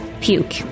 puke